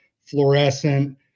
fluorescent